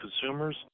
consumers